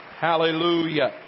Hallelujah